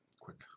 quick